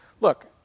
look